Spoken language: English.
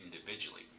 individually